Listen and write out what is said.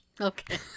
Okay